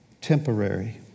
temporary